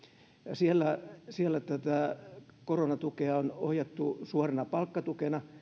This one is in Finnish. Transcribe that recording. siellä siellä tätä koronatukea on ohjattu suorana palkkatukena